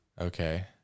Okay